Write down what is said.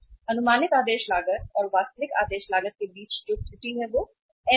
अनुमानित आदेश लागत और वास्तविक आदेश लागत के बीच त्रुटि जो n है